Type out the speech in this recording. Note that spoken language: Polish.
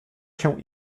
się